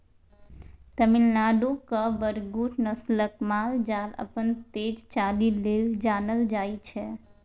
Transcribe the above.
तमिलनाडुक बरगुर नस्लक माल जाल अपन तेज चालि लेल जानल जाइ छै